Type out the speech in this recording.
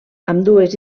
ambdues